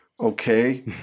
okay